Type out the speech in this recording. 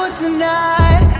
tonight